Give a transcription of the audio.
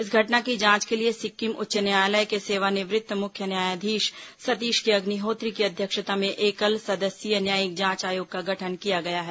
इस घटना की जांच के लिए सिक्किम उच्च न्यायालय के सेवानिवृत्त मुख्य न्यायधीश सतीश के अग्निहोत्री की अध्यक्षता में एकल सदस्यीय न्यायिक जांच आयोग का गठन किया गया है